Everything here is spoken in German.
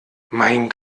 mein